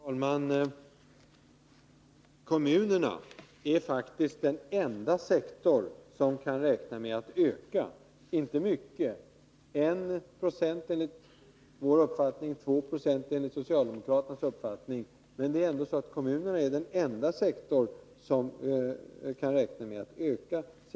Herr talman! Kommunerna är faktiskt den enda sektor som kan räkna med att öka sin verksamhet, även om det inte är mycket — 1 26 enligt vår uppfattning och 2 96 enligt socialdemokraternas uppfattning.